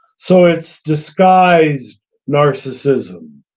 so it's disguised narcissism.